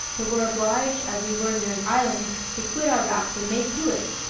but were obliged, as we were near an island, to quit our raft and make to it.